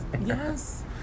Yes